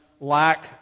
lack